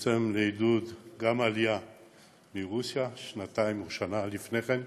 גם לעידוד העלייה מרוסיה, שנתיים או שנה לפני כן,